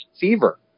fever